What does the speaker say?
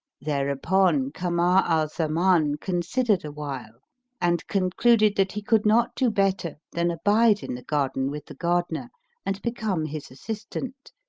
thereupon kamar al zaman considered awhile and concluded that he could not do better than abide in the garden with the gardener and become his assistant,